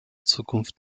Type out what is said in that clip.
zukunft